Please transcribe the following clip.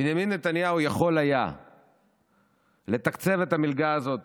בנימין נתניהו היה יכול לתקצב את המלגה הזאת